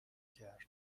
کرد